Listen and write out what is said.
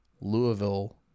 Louisville